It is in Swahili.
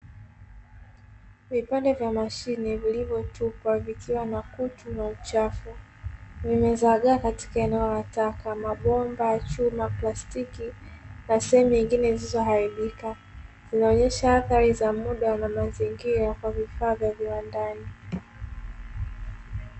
Vipande vya mashine vilivyotupwa vikiwa na kutu na uchafu, vimezagaa katika eneo la taka. Mabomba ya chuma, plastiki na sehemu nyingine zilizoharibika zinaonyesha athari za muda wa mazingira kwa vifaa vya viwandani.